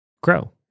grow